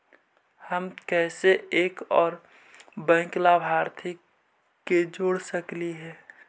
हम कैसे एक और बैंक लाभार्थी के जोड़ सकली हे?